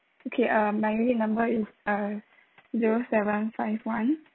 okay um my unit number is uh zero seven five one